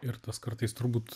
ir tas kartais turbūt